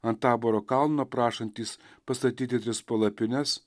ant taboro kalno prašantys pastatyti tris palapines